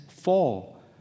fall